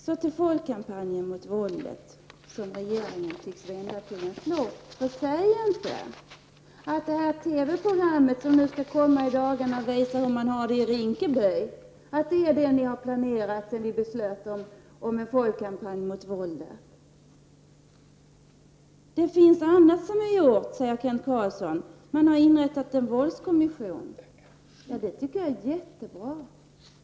Så till folkkampanjen mot våldet, som regeringen tycks vända till en flopp. Säg inte att det TV-program om hur man har det i Rinkeby, som skall komma i dagarna, är det ni har planerat sedan vi beslöt om en folkkampanj mot våldet! Annat har gjorts, säger Kent Carlsson. Man har inrättat en våldskommission. Det tycker jag är jättebra.